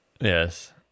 Yes